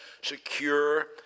secure